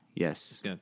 Yes